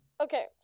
Okay